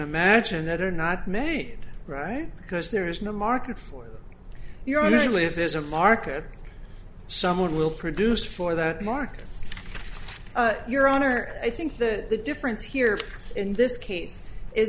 imagine that are not made right because there is no market for your only if there's a market someone will produce for that market your honor i think that the difference here in this case i